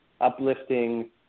uplifting